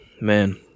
man